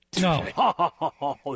No